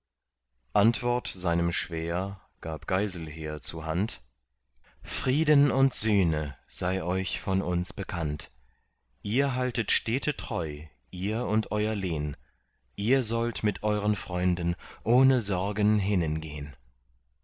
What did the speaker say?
antwort seinem schwäher gab geiselher zuhand frieden und sühne sei euch von uns bekannt ihr haltet stete treu ihr und euer lehn ihr sollt mit euren freunden ohne sorgen